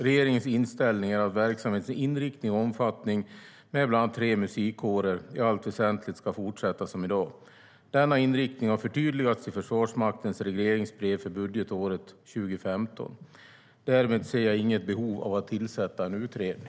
Regeringens inställning är att verksamhetens inriktning och omfattning, med bland annat tre musikkårer, i allt väsentligt ska fortsätta som i dag. Denna inriktning har förtydligats i Försvarsmaktens regleringsbrev för budgetåret 2015. Därmed ser jag inget behov av att tillsätta en utredning.